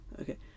Okay